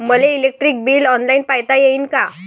मले electric bill online पायता येईन का?